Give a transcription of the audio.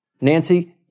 Nancy